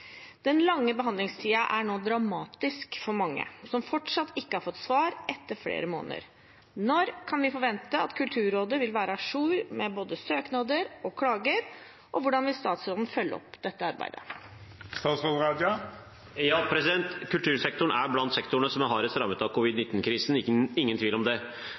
Den lange behandlingstiden er nå dramatisk for mange, som fortsatt ikke har fått svar etter flere måneder. Når kan vi forvente at Kulturrådet vil være à jour med både søknader og klager, og hvordan vil statsråden følge opp dette arbeidet?» Kultursektoren er blant sektorene som er hardest rammet av covid-19-krisen. Det er ingen tvil om det.